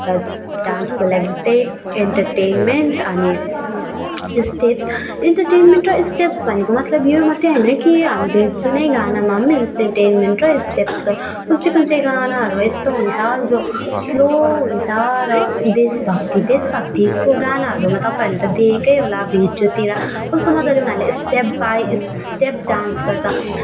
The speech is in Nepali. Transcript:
र डान्सको लागि त इन्टेर्टेन्मेन्ट अनि स्टेप्स इन्टेर्टेन्मेन्ट र स्टेप्स भनेको मतलब यो मात्र होइन कि हामीले जुनै गानामा इन्टर्टेन्मेन्ट र स्टेप्स कुन चाहिँ कुन चाहिँ गानाहरू यस्तो हुन्छ जो स्लो हुन्छ र देशभक्ति देशभक्तिको गानाहरूमा त तपाईँले त देखेकै होला भिडियोतिर कस्तो मजाले उनीहरूले स्टेप बाइ स्टेप डान्स गर्छ